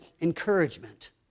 encouragement